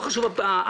לא חשוב הנושאים.